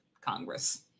Congress